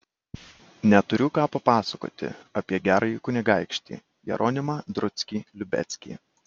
neturiu ką papasakoti apie gerąjį kunigaikštį jeronimą druckį liubeckį